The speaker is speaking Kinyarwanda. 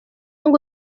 ngo